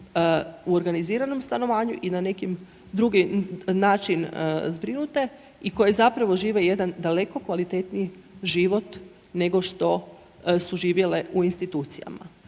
u organiziranom stanovanju i na neki drugi način zbrinute i koje zapravo žive jedan daleko kvalitetniji život nego što su živjele u institucijama.